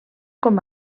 com